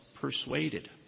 persuaded